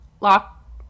lock